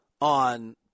on